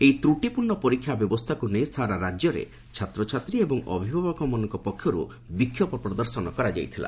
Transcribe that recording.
ଏହି ତ୍ରଟିପୂର୍ଣ୍ଣ ପରୀକ୍ଷା ବ୍ୟବସ୍ଥାକୁ ନେଇ ସାରା ରାଜ୍ୟରେ ଛାତ୍ରଛାତ୍ରୀ ଏବଂ ଅଭିଭାବକମାନଙ୍କ ପକ୍ଷରୁ ବିକ୍ଷୋଭ ପ୍ରଦର୍ଶନ କରାଯାଇଥିଲା